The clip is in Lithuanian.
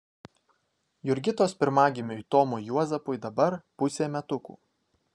jurgitos pirmagimiui tomui juozapui dabar pusė metukų